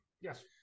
Yes